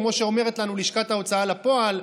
כמו שאומרת לנו לשכת ההוצאה לפועל,